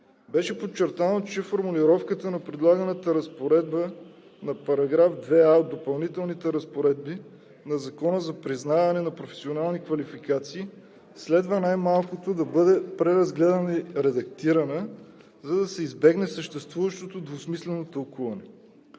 Беше подчертано, че формулировката на предлаганата разпоредба на § 2а от Допълнителните разпоредби на Закона за признаване на професионални квалификации следва най малкото да бъде преразгледана и редактирана, за да се избегне съществуващото двусмислено тълкуване.